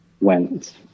went